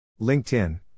LinkedIn